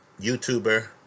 YouTuber